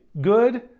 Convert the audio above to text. good